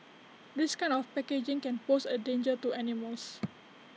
this kind of packaging can pose A danger to animals